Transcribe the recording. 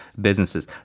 businesses